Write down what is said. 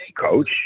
coach